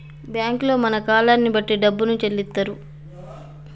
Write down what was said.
బ్యాంకుల్లో మన కాలాన్ని బట్టి డబ్బును చెల్లిత్తరు